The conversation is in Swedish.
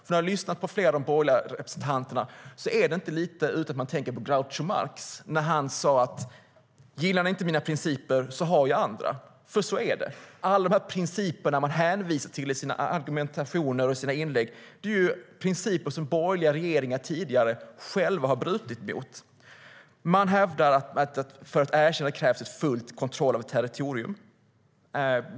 När jag lyssnar på flera av de borgerliga representanterna är det inte utan att jag tänker lite på Groucho Marx när han sade: Gillar ni inte mina principer har jag andra. Så är det: Alla principer man hänvisar till i sina argumentationer och inlägg är ju principer som borgerliga regeringar tidigare själva har brutit mot. Man hävdar att för ett erkännande krävs full kontroll av ett territorium.